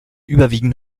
überwiegend